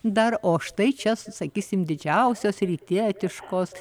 dar o štai čia sakysime didžiausios rytietiškos